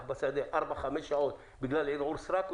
בשדה ארבע או חמש שעות בגלל ערעור סרק,